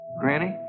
Granny